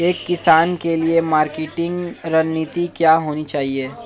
एक किसान के लिए मार्केटिंग रणनीति क्या होनी चाहिए?